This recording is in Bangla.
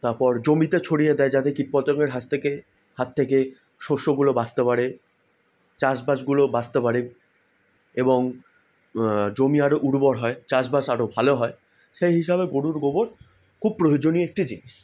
তারপর জমিতে ছড়িয়ে দেয় যাতে কীট পতঙ্গের হাস থেকে হাত থেকে শস্যগুলো বাঁচতে পারে চাষবাসগুলো বাঁচতে পারে এবং জমি আরো উর্বর হয় চাষবাস আরো ভালো হয় সেই হিসাবে গরুর গোবর খুব প্রয়োজনীয় একটি জিনিস